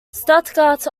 stuttgart